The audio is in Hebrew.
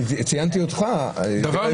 חשוב לי